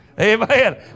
Amen